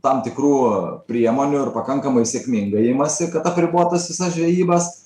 tam tikrų priemonių ir pakankamai sėkmingai imasi apribot tas visas žvejybas